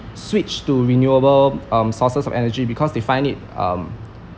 switch to renewable um sources of energy because they find it um